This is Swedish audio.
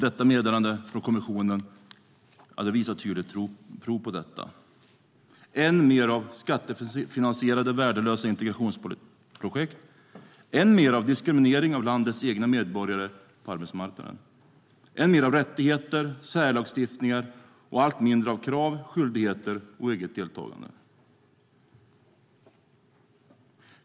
Detta meddelande från kommissionen visar tydligt prov på detta. Än mer av skattefinansierade värdelösa integrationsprojekt, än mer av diskriminering av landets egna medborgare på arbetsmarknaden, än mer av rättigheter och särlagstiftningar och allt mindre av krav, skyldigheter och eget deltagande.